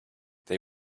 they